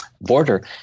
border